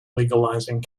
legalizing